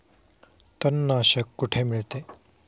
तणनाशक कुठे मिळते?